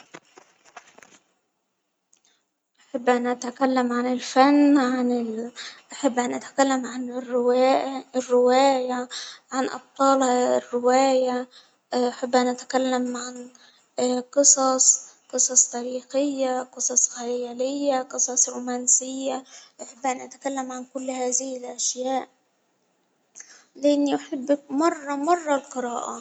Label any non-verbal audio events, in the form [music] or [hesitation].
أحب أن أتكلم عن الفن ، أحب أن أتكلم عن الرواية، عن أبطال الرواية، [hesitation] أحب أن أتكلم عن [hesitation] قصص تاريخية، قصص خيالية، قصص رومانسية، أتكلم عن كل هذه الأشياء، لأني أحب مرة مرة القراءة.